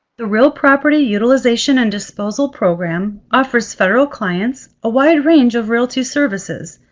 the real property utilization and disposal program offers federal clients a wide range of realty services,